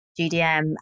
GDM